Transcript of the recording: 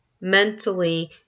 mentally